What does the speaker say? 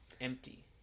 Empty